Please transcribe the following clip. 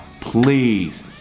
Please